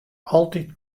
altyd